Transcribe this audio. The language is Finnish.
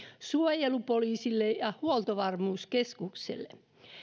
suojelupoliisille ja huoltovarmuuskeskukselle